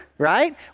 right